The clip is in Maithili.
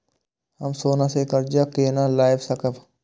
हम सोना से कर्जा केना लाय सकब?